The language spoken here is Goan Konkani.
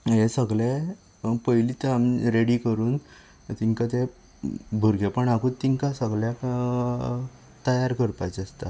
हे सगळे पयलींत ते आम रेडी करून तेंका ते भुरगेपणांतच तेंका सगळ्यांक तयार करपाचे आसता